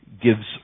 gives